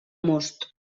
most